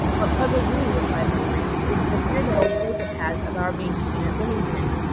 what puzzles me, replied humphrey, is, the fear that old jacob has of our being seen at lymington.